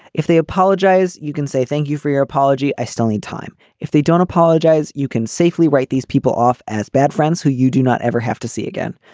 if they apologize you can say thank you for your apology. i still need time. if they don't apologize you can safely write these people off as bad friends who you do not ever have to see again.